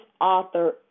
author